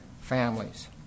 families